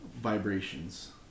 Vibrations